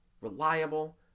reliable